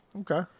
Okay